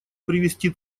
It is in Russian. привести